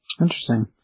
Interesting